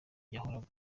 yahoraga